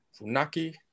Funaki